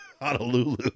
Honolulu